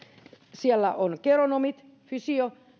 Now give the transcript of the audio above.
siellä on geronomit fysio